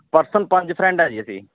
person ਪੰਜ friend ਹਾਂ ਜੀ ਅਸੀਂ